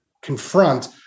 confront